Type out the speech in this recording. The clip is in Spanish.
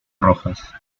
rojas